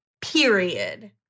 period